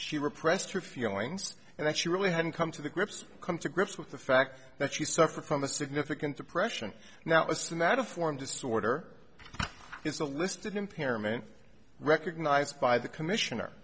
she repressed her feelings and that she really hadn't come to the grips come to grips with the fact that you suffer from a significant depression now assume that a form disorder is a listed impairment recognized by the commissioner